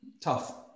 tough